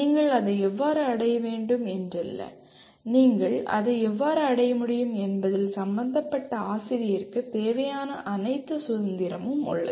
நீங்கள் அதை எவ்வாறு அடைய வேண்டும் என்றல்ல நீங்கள் அதை எவ்வாறு அடைய முடியும் என்பதில் சம்பந்தப்பட்ட ஆசிரியருக்கு தேவையான அனைத்து சுதந்திரமும் உள்ளது